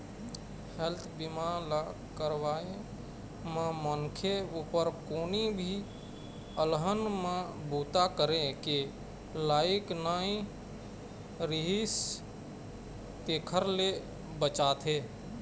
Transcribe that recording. health बीमा ल करवाए म मनखे उपर कोनो भी अलहन म बूता करे के लइक नइ रिहिस तेखर ले बचाथे